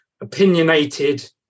opinionated